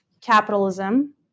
capitalism